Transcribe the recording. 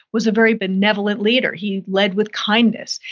was a very benevolent leader, he led with kindness,